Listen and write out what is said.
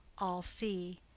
all see,